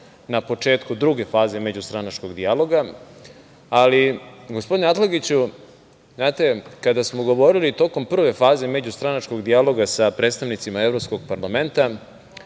na početku druge faze međustranačkog dijaloga, ali gospodine Atlagiću, znate, kada smo govorili tokom prve faze međustranačkog dijaloga sa predstavnicima Evropskog parlamenta